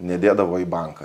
nedėdavo į banką